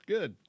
Good